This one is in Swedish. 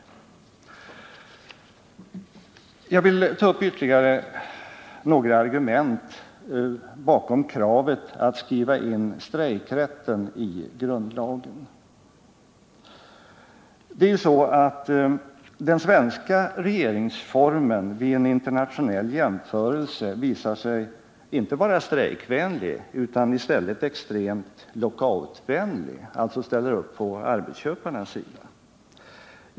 Jag vill ta upp ytterligare några argument bakom kravet att skriva in strejkrätten i grundlagen. Det är så att den svenska regeringsformen vid internationell jämförelse visat sig inte bara strejkvänlig utan också extremt lockoutvänlig. Den ställer alltså upp på arbetsköparnas sida.